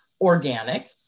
organic